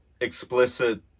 explicit